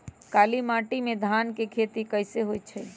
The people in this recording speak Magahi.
काली माटी में धान के खेती कईसे होइ छइ?